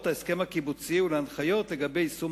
ההסכם הקיבוצי ולהנחיות לגבי יישום.